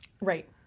right